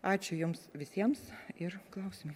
ačiū jums visiems ir klausimai